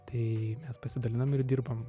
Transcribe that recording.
tai mes pasidalinam ir dirbam